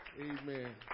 Amen